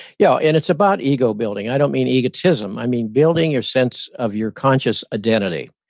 yeah. and it's about ego building. i don't mean egotism. i mean building your sense of your conscious identity.